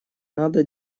надо